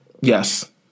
yes